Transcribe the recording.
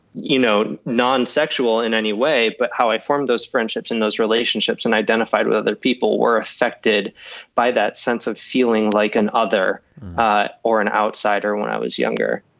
you know, non-sexual in any way. but how i formed those friendships in those relationships and identified with other people were affected by that sense of feeling like an other or an outsider when i was younger